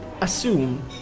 assume